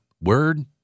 word